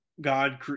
God